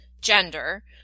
gender